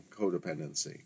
codependency